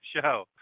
show